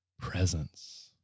presence